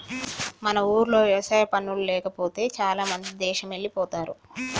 మన ఊర్లో వ్యవసాయ పనులు లేకపోతే చాలామంది దేశమెల్లిపోతారు